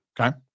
Okay